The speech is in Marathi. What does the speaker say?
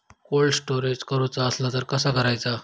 कोल्ड स्टोरेज करूचा असला तर कसा करायचा?